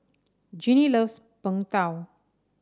Ginny loves Png Tao